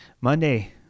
Monday